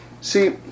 See